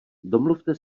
domluvte